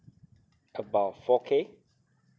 about four K